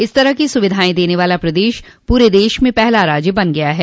इस तरह की सुविधाएं देने वाला प्रदेश पूरे देश में पहला राज्य बन गया है